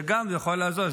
גם זה יכול לעזור.